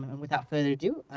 and without further ado,